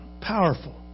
powerful